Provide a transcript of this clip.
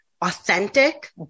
authentic